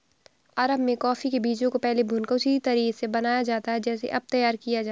अरब में कॉफी के बीजों को पहले भूनकर उसी तरह से बनाया जाता था जैसे अब तैयार किया जाता है